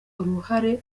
uruhare